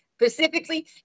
Specifically